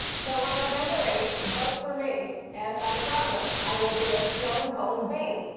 so on november eighth, vote for me and i promise i will be a stone-cold b.